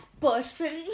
person